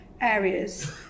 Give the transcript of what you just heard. areas